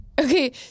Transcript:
Okay